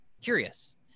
curious